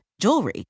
jewelry